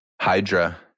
Hydra